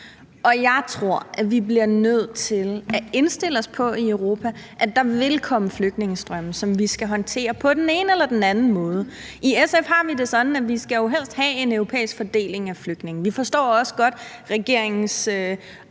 og jeg tror, at vi i Europa bliver nødt til at indstille os på, at der vil komme flygtningestrømme, som vi skal håndtere på den ene eller den anden måde. I SF har vi det sådan, at vi helst vil have en europæisk fordeling af flygtningene. Vi forstår også godt regeringens